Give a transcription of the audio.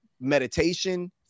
meditation